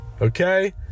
Okay